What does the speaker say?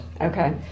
Okay